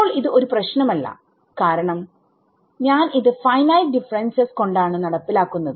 ഇപ്പോൾ ഇത് ഒരു പ്രശ്നം അല്ല കാരണം ഞാൻ ഇത് ഫൈനൈറ്റ് ഡിഫറെൻസസ് കൊണ്ടാണ് നടപ്പിലാക്കുന്നത്